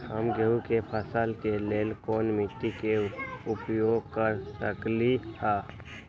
हम गेंहू के फसल के लेल कोन मिट्टी के उपयोग कर सकली ह?